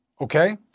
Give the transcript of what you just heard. okay